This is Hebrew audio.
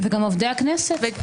גם עובדי הכנסת.